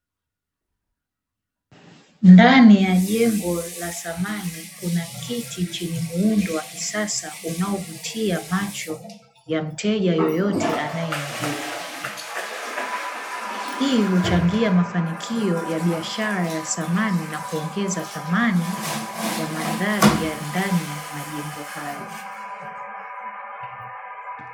Ndani ya jengo la samani kuna kiti chenye muundo wa kisasa unaovutia macho ya mteja yeyote anayeingia. Hii huchangia mafanikio ya biashara ya samani na kuongeza thamani ya mandhari ya ndani ya majengo hayo.